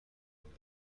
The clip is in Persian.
بود